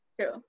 true